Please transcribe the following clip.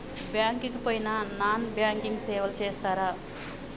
Bank కి పోయిన non banking సేవలు చేస్తరా?